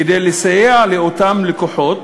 כדי לסייע לאותם לקוחות,